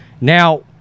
Now